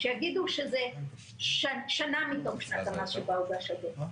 שיגידו שזה שנה מתום שנת המס שבה הוגש הדוח,